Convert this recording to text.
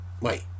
wait